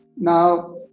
now